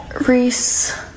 Reese